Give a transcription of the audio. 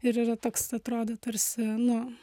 ir yra toks atrodo tarsi nu